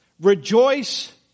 Rejoice